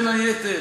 בין היתר,